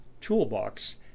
toolbox